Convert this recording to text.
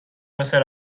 مثل